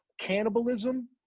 cannibalism